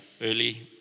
early